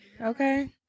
Okay